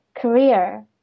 career